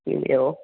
ਕਿਵੇਂ ਹੋ